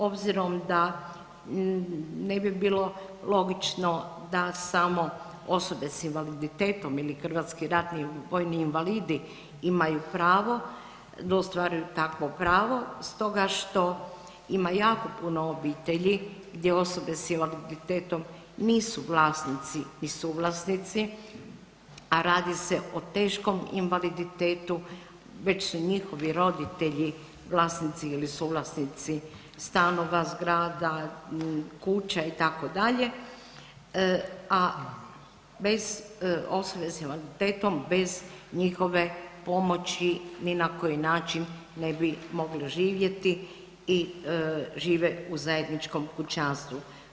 Obzirom da ne bi bilo logično da samo osobe s invaliditetom ili hrvatski ratni vojni invalidi imaju pravo da ostvaruju takvo pravo stoga što ima jako puno obitelji gdje osobe s invaliditetom nisu vlasnici ni suvlasnici, a radi se o teškom invaliditetu, već su njihovi roditelji vlasnici ili suvlasnici stanova, zgrada, kuća itd., a osobe s invaliditetom bez njihove pomoći ni na koji način ne bi mogli živjeti i žive u zajedničkom kućanstvu.